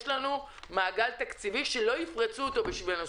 יש לנו מעגל תקציבי שלא יפרצו אותו בשבילנו.